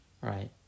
Right